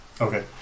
Okay